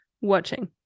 watching